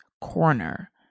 corner